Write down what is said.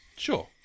Sure